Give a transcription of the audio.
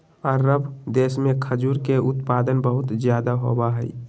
अरब देश में खजूर के उत्पादन बहुत ज्यादा होबा हई